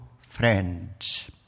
friends